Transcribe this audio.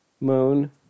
moon